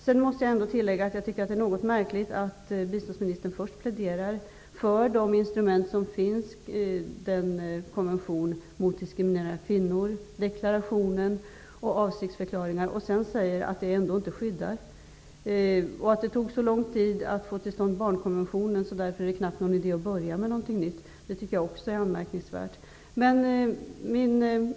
Jag vill ändå tillägga att jag tycker att det är något märkligt att biståndsministern först pläderar för de instrument som finns -- konventionen mot diskriminering av kvinnor, deklarationen och avsiktsförklaringen -- och sedan säger att det ändå inte ger något skydd. Det är också ett anmärkningsvärt resonemang att det tog så lång tid att få till stånd barnkonventionen att det knappast är någon idé att börja med något nytt.